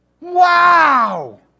Wow